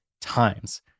times